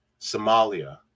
Somalia